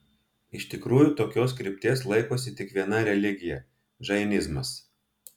iš tikrųjų tokios krypties laikosi tik viena religija džainizmas